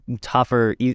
tougher